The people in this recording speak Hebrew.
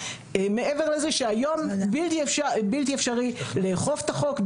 מעבר לזה שהיום בלתי אפשרי לאכוף את החוק,